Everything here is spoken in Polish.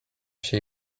się